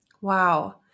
Wow